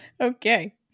okay